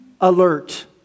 alert